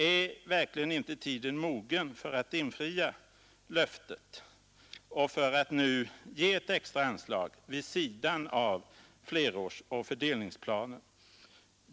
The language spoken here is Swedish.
Är verkligen tiden inte mogen för att infria löftet och ge ett extra anslag vid sidan av flerårsoch fördelningsplanen?